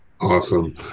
Awesome